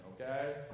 Okay